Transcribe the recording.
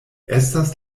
estas